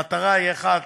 המטרה היא אחת: